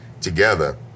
together